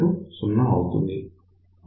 అప్పుడు PoutPsat